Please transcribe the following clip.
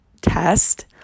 test